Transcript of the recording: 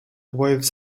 waves